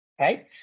right